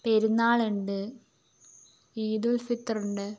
പെരുന്നാളുണ്ട് ഈദുൽ ഫിത്തറുണ്ട്